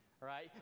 right